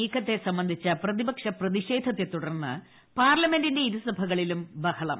നീക്കത്തെ സംബന്ധിച്ച പ്രതിപക്ഷ പ്രതിഷേധത്തുടർന്ന് പാർലമെന്റിന്റെ ഇരുസഭകളിലും ബഹളം